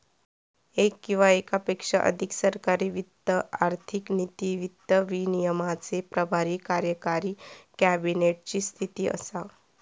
येक किंवा येकापेक्षा अधिक सरकारी वित्त आर्थिक नीती, वित्त विनियमाचे प्रभारी कार्यकारी कॅबिनेट ची स्थिती असा